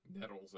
Nettles